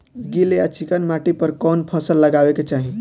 गील या चिकन माटी पर कउन फसल लगावे के चाही?